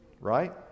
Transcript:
Right